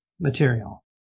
material